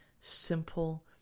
simple